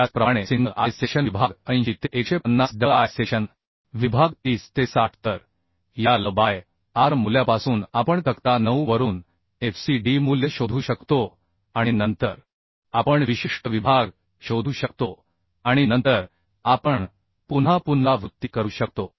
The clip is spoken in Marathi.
त्याचप्रमाणे सिंगल आय सेक्शन विभाग 80 ते 150 डबल आय सेक्शन विभाग 30 ते 60 तर या L बाय R मूल्यापासून आपण तक्ता 9 वरून F c d मूल्य शोधू शकतो आणि नंतर आपण विशिष्ट विभाग शोधू शकतो आणि नंतर आपण पुन्हा पुनरावृत्ती करू शकतो